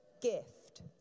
gift